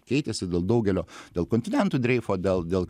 keitėsi dėl daugelio dėl kontinentų dreifo dėl dėl